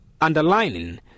underlining